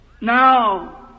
Now